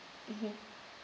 mmhmm